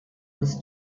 was